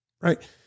Right